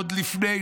עוד לפני,